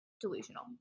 Delusional